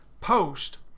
post